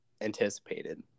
anticipated